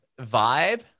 vibe